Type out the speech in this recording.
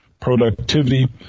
productivity